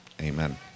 Amen